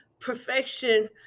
perfection